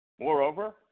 Moreover